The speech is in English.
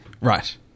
Right